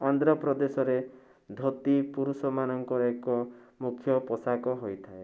ଆନ୍ଧ୍ରପ୍ରଦେଶରେ ଧୋତି ପୁରୁଷମାନଙ୍କର ଏକ ମୁଖ୍ୟ ପୋଷାକ ହୋଇଥାଏ